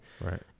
Right